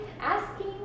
asking